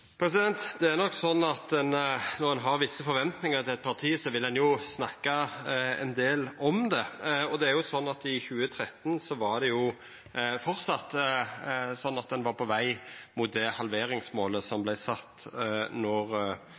Det er nok slik at når ein har visse forventningar til eit parti, vil ein snakka ein del om det. I 2013 var det framleis slik at ein var på veg mot det halveringsmålet som vart sett